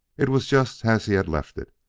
it was just as he had left it,